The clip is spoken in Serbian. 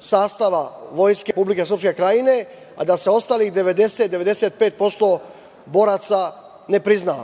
sastava Vojske Republike Srpske Krajine, a da se ostalih 90%, 95% boraca ne prizna?